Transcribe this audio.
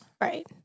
Right